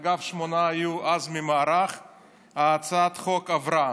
אגב, שמונה היו אז מהמערך, הצעת החוק עברה.